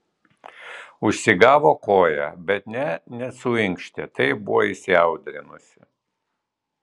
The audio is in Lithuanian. užsigavo koją bet nė nesuinkštė taip buvo įsiaudrinusi